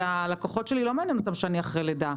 אבל את הלקוחות שלי לא מעניין שאני אחרי לידה.